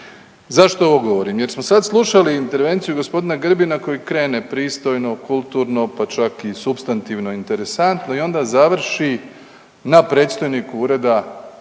Zašto ovo govorim? Jer smo sad slušali intervenciju gospodina Grbina koji krene pristojno, kulturno pa čak i supstantivno interesantno i onda završi na predstojniku ureda